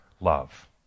love